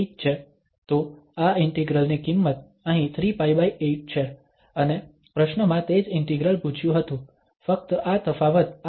તો આ ઇન્ટિગ્રલ ની કિંમત અહીં 3π8 છે અને પ્રશ્નમાં તે જ ઇન્ટિગ્રલ પૂછ્યું હતું ફક્ત આ તફાવત આ α માટે 0 થી ∞ છે